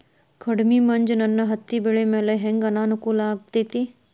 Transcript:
ಕಡಮಿ ಮಂಜ್ ನನ್ ಹತ್ತಿಬೆಳಿ ಮ್ಯಾಲೆ ಹೆಂಗ್ ಅನಾನುಕೂಲ ಆಗ್ತೆತಿ?